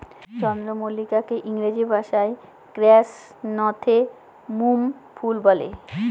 চন্দ্রমল্লিকাকে ইংরেজি ভাষায় ক্র্যাসনথেমুম ফুল বলে